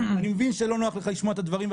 אני מבין שלא נוח לך לשמוע את הדברים,